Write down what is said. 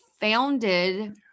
founded